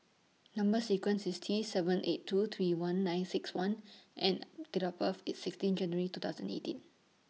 Number sequence IS T seven eight two three one nine six one and Date of birth IS sixteen January two thousand eighteen